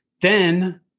Then-